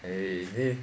eh see